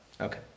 Okay